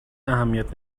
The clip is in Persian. اهمیت